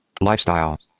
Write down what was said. lifestyle